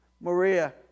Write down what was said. Maria